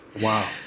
Wow